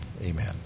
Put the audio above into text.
amen